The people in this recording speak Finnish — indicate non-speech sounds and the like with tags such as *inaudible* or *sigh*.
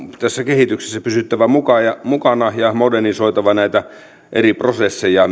tässä kehityksessä pysyttävä mukana ja modernisoitava näitä eri prosesseja ja *unintelligible*